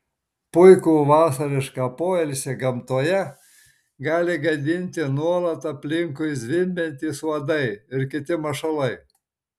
puikų vasarišką poilsį gamtoje gali gadinti nuolat aplinkui zvimbiantys uodai ir kiti mašalai